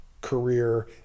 career